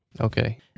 Okay